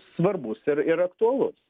svarbus ir ir aktualus